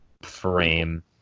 frame